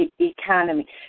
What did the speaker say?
Economy